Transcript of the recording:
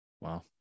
Wow